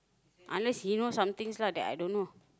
unless he know some things lah that I don't know